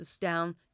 down